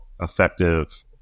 effective